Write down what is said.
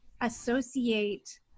associate